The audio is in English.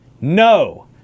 no